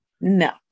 No